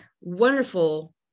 wonderful